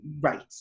right